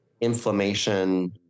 inflammation